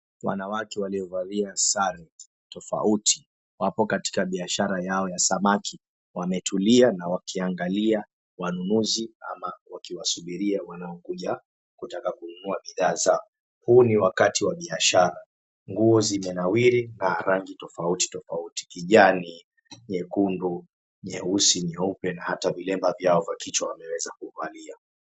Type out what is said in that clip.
Wanawake waliovalia sare tofauti wapo katika biashara yao ya samaki. 𝑊ametulia na wakiangalia wanunuzi ama wakiwasubiria wanaokuja kutaka kununua bidhaa zao. Huu ni wakati wa biashara. Nguo zitanawiri na rangi tofauti tofauti, kijani, nyekundu, nyeusi, nyeupe na hata vilemba vyao vya kichwa wameweza kuvalia.